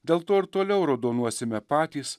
dėl to ir toliau raudonuosime patys